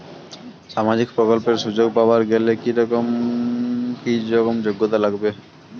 সামাজিক প্রকল্পের সুযোগ পাবার গেলে কি রকম কি রকম যোগ্যতা লাগিবে?